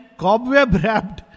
cobweb-wrapped